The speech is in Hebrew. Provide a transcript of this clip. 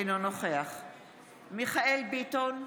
אינו נוכח מיכאל מרדכי ביטון,